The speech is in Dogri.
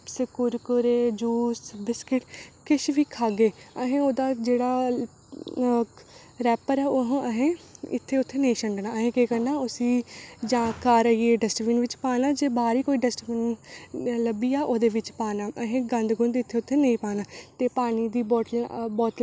ते रुट्टी बनानी ही जादै लोकें आस्तै ते में थोह्ड़ी कंफ्यूज़ ही कि में कि'यां बनागी इन्नी रुट्टी ते इन्ने मते लोकें आस्तै ते में बड़ी थोह्ड़ी निं घबराई गेदी ही ते में थोह्ड़ा दमाग लाया में केह् कीता इक्क पास्सै चढ़ाए राजमां इक्क पास्सै चाढ़े चौल ते राजमां राजमां चाढ़े दे हे